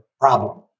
problem